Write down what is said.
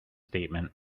statement